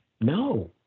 no